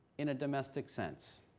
in a domestic sense,